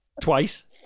twice